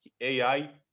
ai